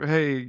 Hey